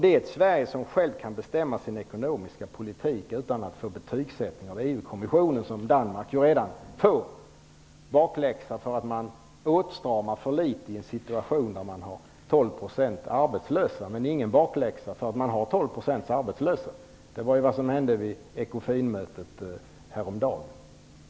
Det är ett Sverige som självt kan bestämma sin ekonomiska politik utan att få betygsättning av EU kommissionen, vilket ju Danmark redan får. Danmark får bakläxa för att man åtstramar för litet i en situation med 12 % arbetslösa, men ingen bakläxa för att man har 12 % arbetslösa. Det vad var som hände vid ECOFIL-mötet häromdagen.